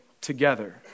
together